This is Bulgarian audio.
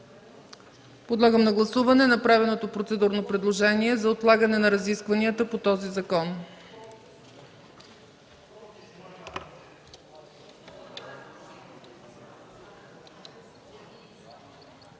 Подлагам на гласуване направеното процедурно предложение за отлагане на разискванията по този закон.